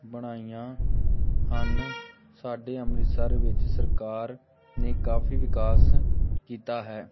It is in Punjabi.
ਬਣਾਈਆਂ ਹਨ ਸਾਡੇ ਅੰਮ੍ਰਿਤਸਰ ਵਿੱਚ ਸਰਕਾਰ ਨੇ ਕਾਫ਼ੀ ਵਿਕਾਸ ਕੀਤਾ ਹੈ